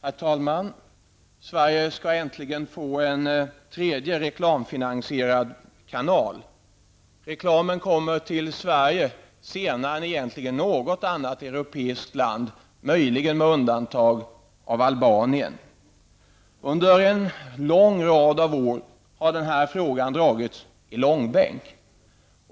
Herr talman! Sverige skall äntligen få en tredje reklamfinansierad kanal. Reklamen kommer till Sverige senare än till något annat europeiskt land, möjligen med undantag av Albanien. Under en lång rad av år har den här frågan dragits i långbänk.